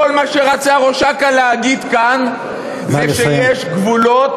כל מה שרצה ראש אכ"א להגיד כאן זה שיש גבולות